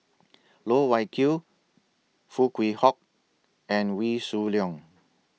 Loh Wai Kiew Foo Kwee Horng and Wee Shoo Leong